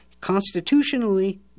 constitutionally